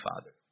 Father